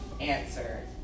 Answer